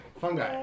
Fungi